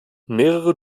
mehrere